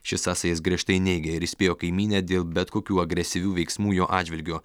šis sąsajas griežtai neigia ir įspėjo kaimynę dėl bet kokių agresyvių veiksmų jo atžvilgiu